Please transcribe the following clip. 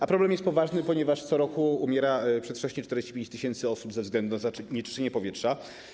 A problem jest poważny, ponieważ co roku umiera przedwcześnie 45 tys. osób ze względu na zanieczyszczenie powietrza.